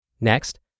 Next